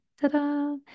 ta-da